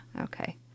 Okay